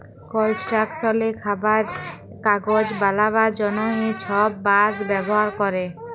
কলস্ট্রাকশলে, খাবারে, কাগজ বালাবার জ্যনহে ছব বাঁশ ব্যাভার ক্যরে